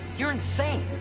you're insane!